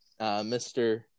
Mr